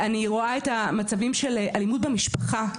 אני רואה את המצבים של אלימות במשפחה,